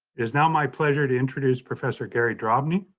it is now my pleasure to introduce professor gary drobny,